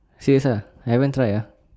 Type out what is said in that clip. serious ah haven't try uh